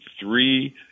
three